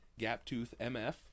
GapToothMF